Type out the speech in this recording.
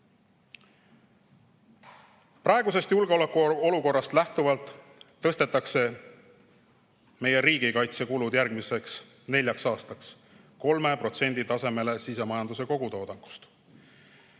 tulevik. Praegusest julgeolekuolukorrast lähtuvalt tõstetakse meie riigikaitse kulud järgmiseks neljaksaastaks 3% tasemele sisemajanduse kogutoodangust.